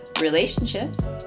relationships